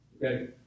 Okay